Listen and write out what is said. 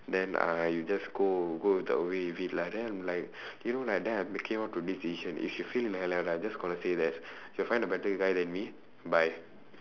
then uh you just go go away with it lah then I am like you know like then I making up to this decision if she feel I just gonna say that she'll find a better guy than me bye